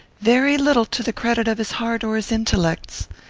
very little to the credit of his heart or his intellects.